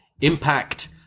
Impact